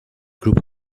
group